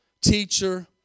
teacher